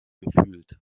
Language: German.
gefühlt